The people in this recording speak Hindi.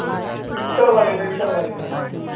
इन्टर वाले में इन्टर वाले में